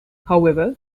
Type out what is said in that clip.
however